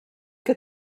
que